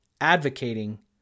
advocating